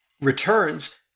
returns